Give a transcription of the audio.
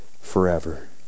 forever